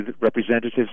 representatives